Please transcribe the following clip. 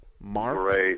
Mark